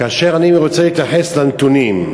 כאשר אני רוצה להתייחס לנתונים,